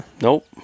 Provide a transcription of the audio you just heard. nope